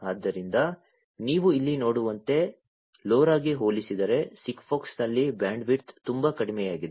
ಆದ್ದರಿಂದ ನೀವು ಇಲ್ಲಿ ನೋಡುವಂತೆ LoRa ಗೆ ಹೋಲಿಸಿದರೆ SIGFOX ನಲ್ಲಿ ಬ್ಯಾಂಡ್ವಿಡ್ತ್ ತುಂಬಾ ಕಡಿಮೆಯಾಗಿದೆ